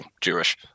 Jewish